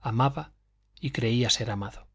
amaba y creía ser amado